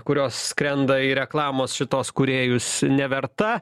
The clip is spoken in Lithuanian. kurios skrenda į reklamos šituos kūrėjus neverta